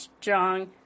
strong